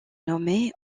nommée